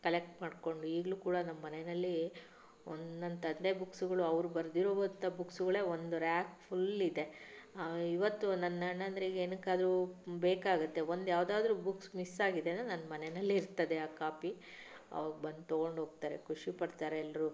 collect ಮಾಡಿಕೊಂಡು ಈಗಲೂ ಕೂಡ ನಮ್ಮ ಮನೆಯಲ್ಲಿ ಒಂದು ನನ್ನ ತಂದೆ ಬುಕ್ಸುಗಳು ಅವರು ಬರ್ದಿರೋವಂಥ ಬುಕ್ಸುಗಳೆ ಒಂದು ರ್ಯಾಕ್ ಫ಼ುಲ್ಲಿದೆ ಇವತ್ತೂ ನನ್ನ ಅಣ್ಣಂದಿರಿಗೆ ಏನಕ್ಕಾದರೂ ಬೇಕಾಗತ್ತೆ ಒಂದು ಯಾವುದಾದರೂ ಬುಕ್ಸ್ ಮಿಸ್ಸಾಗಿದೆ ಅಂದರೆ ನನ್ನ ಮನೆಯಲ್ಲಿ ಇರ್ತದೆ ಆ ಕಾಪಿ ಆವಾಗ ಬಂದು ತಗೊಂಡು ಹೋಗ್ತಾರೆ ಖುಷಿಪಡ್ತಾರೆ ಎಲ್ಲರೂ